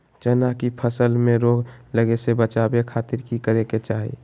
चना की फसल में रोग लगे से बचावे खातिर की करे के चाही?